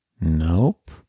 Nope